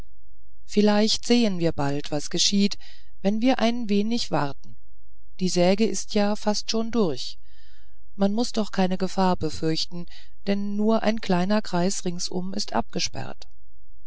vielleicht sehen wir bald was geschieht wenn wir ein wenig warten die säge ist ja schon fast hindurch man muß doch keine gefahr befürchten denn nur ein kleiner kreis ringsum ist abgesperrt